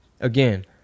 Again